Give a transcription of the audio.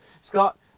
Scott